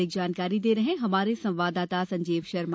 अधिक जानकारी दे रहे है हमारे संवाददाता संजीव शर्मा